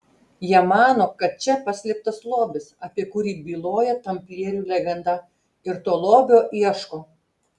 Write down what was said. jie mano kad čia paslėptas lobis apie kurį byloja tamplierių legenda ir to lobio ieško